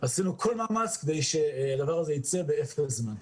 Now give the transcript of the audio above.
עשינו כל מאמץ כדי שהדבר הזה יצא באפס זמן.